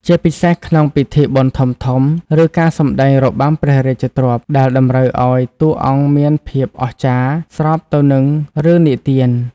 ជាពិសេសក្នុងពិធីបុណ្យធំៗ ឬការសម្តែងរបាំព្រះរាជទ្រព្យ ដែលតម្រូវឱ្យតួអង្គមានភាពអស្ចារ្យស្របទៅនឹងរឿងនិទាន។